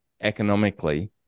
economically